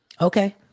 Okay